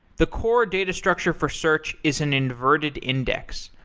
the core data structure for search is an inverted index.